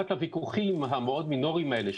רק הוויכוחים המאוד מינוריים האלה.